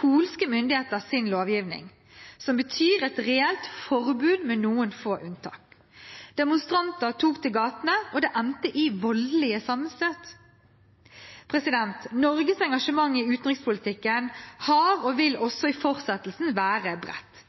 polske myndigheter inn sin lovgivning, noe som betyr et reelt forbud med noen få unntak. Demonstranter tok til gatene, og det endte i voldelige sammenstøt. Norges engasjement i utenrikspolitikken har vært og vil også i fortsettelsen være bredt.